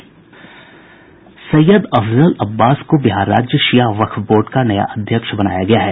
सैयद अफजल अब्बास को बिहार राज्य शिया वक्फ बोर्ड का नया अध्यक्ष चुना गया है